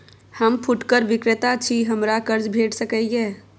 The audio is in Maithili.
हम फुटकर विक्रेता छी, हमरा कर्ज भेट सकै ये?